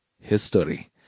history